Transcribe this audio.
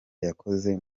yakoze